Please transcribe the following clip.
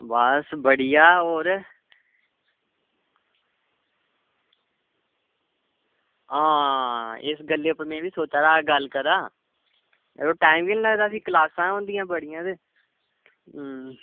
बस बढ़िया होर हां इस गल्लै पर में बी सोचा दा हा कि गल्ल करांऽ जरो टाईम निं लगदा क्लासां होंदियां भी बड़ियां